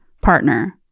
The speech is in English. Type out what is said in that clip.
partner